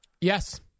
Yes